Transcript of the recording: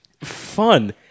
fun